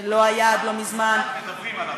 אין מתנגדים, יש נמנע אחד.